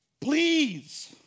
please